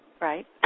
Right